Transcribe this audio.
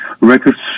records